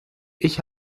ich